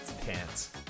pants